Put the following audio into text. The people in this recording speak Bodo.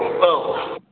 औ